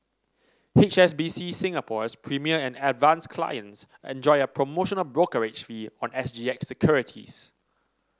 H S B C Singapore's Premier and Advance clients enjoy a promotional brokerage fee on S G X securities